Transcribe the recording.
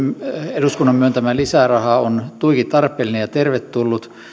eduskunnan myöntämä lisäraha on tuiki tarpeellinen ja tervetullut